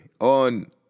on